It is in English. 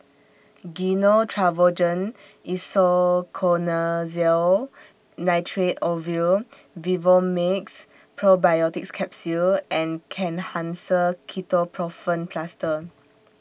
Gyno Travogen Isoconazole Nitrate Ovule Vivomixx Probiotics Capsule and Kenhancer Ketoprofen Plaster